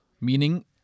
Meaning